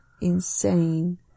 insane